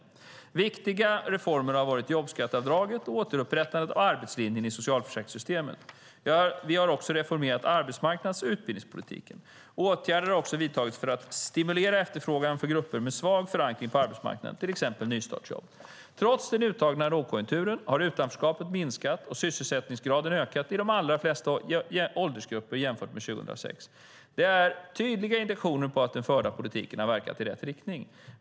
Viktiga reformer har varit jobbskatteavdraget och återupprättad arbetslinje i socialförsäkringssystemen. Vi har också reformerat arbetsmarknads och utbildningspolitiken. Åtgärder har också vidtagits för att stimulera efterfrågan för grupper med svag förankring på arbetsmarknaden, till exempel nystartsjobb. Trots den utdragna lågkonjunkturen har utanförskapet minskat och sysselsättningsgraden ökat i de allra flesta åldersgrupper jämfört med 2006. Det är tydliga indikationer på att den förda politiken har verkat i rätt riktning.